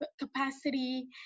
capacity